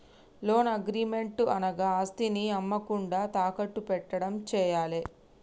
loan agreement అనగా ఆస్తిని అమ్మకుండా తాకట్టు పెట్టడం చేయాలే